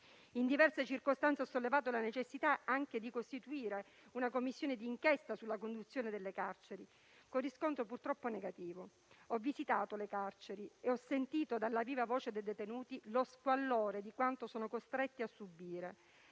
In diverse circostanze ho sollevato la necessità anche di costituire una Commissione di inchiesta sulla condizione delle carceri, con riscontro purtroppo negativo. Ho visitato le carceri e ho sentito dalla viva voce dei detenuti lo squallore di quanto sono costretti a subire,